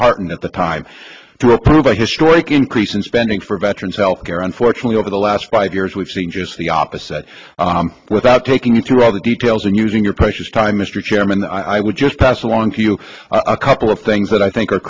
heartened at the time to approve a historic increase in spending for veterans health care unfortunately over the last five years we've seen just the opposite without taking into all the details and using your precious time mr chairman i would just pass along to you a couple of things that i think are